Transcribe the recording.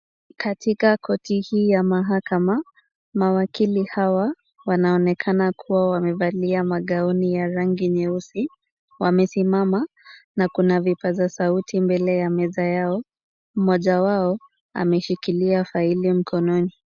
Katika korti hii ya mahakama, mawakili hawa wanaonekana kuwa wamevalia magauni ya rangi nyeusi. Wamesimama na kuna vipaza sauti mbele ya meza yao. Mmoja wao ameshikilia faili mkononi.